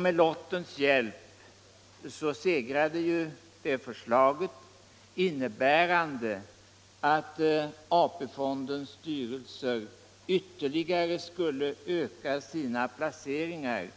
Med lottens hjälp segrade ju det förslag som innebar att AP-fondens styrelser skulle ytterligare öka sina placeringar